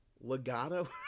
Legato